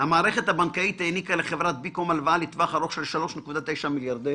המערכת הבנקאית העניקה לחברת בי-קום הלוואה לטווח ארוך של 3.9 מיליון.